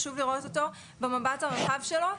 חשוב לראות אותו במבט הרחב שלו.